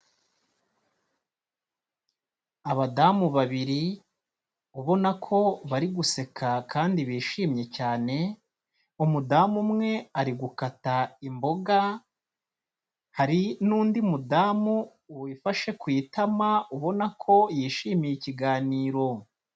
Abadamu babiri, ubona ko bari guseka kandi bishimye cyane, umudamu umwe ari gukata imboga, hari n'undi mudamu wifashe ku itama ubona ko yishimiye ikiganiro.